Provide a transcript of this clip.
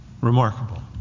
remarkable